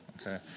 okay